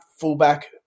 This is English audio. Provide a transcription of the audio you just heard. fullback